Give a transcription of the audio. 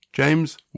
James